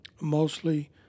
mostly